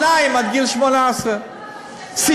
טיפולי שיניים עד גיל 18. אל תעשה לחברך מה שאתה לא רוצה שיעשו לך.